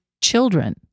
children